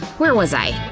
where was i?